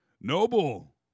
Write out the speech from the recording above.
noble